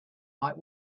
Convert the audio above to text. might